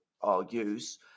argues